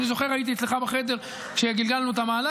אני שואל שאלה, לא מקבל עליה תשובה.